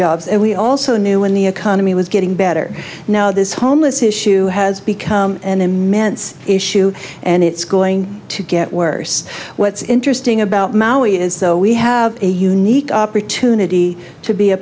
jobs and we also knew when the economy was getting better now this homeless issue has become an immense issue and it's going to get worse what's interesting about maui is so we have a unique opportunity to be a